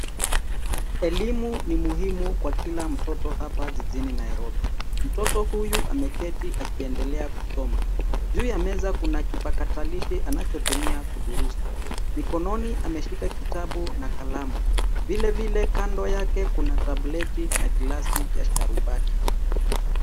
Elimu ni muhimu kwa kila mtoto hapa jijini Nairobi. Mtoto huyu ameketi akiendelea kusoma. Juu ya meza kuna kipakatalishi anachotumia kudurusu. Mikononi, ameshika kitabu na kalamu. Vilevile kando yake kuna tableti na gilasi ya sharubati.